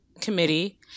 committee